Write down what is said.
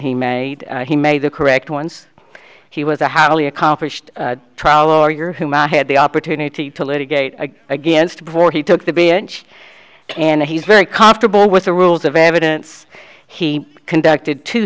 he made he made the correct ones he was a highly accomplished trial or your whom i had the opportunity to litigate against before he took the b inch and he's very comfortable with the rules of evidence he conducted t